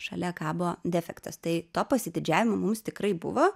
šalia kabo defektas tai to pasididžiavimo mums tikrai buvo